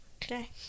today